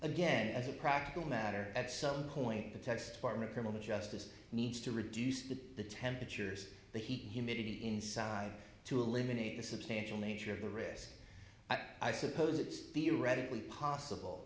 again as a practical matter at some point the text form a criminal justice needs to reduce to the temperatures the heat humidity inside to eliminate the substantial nature of the risk i suppose it's theoretically possible